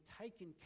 taken